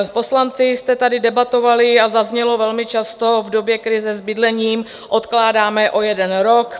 Poslanci vy jste tady debatovali a zaznělo velmi často v době krize s bydlením odkládáme o jeden rok.